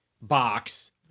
box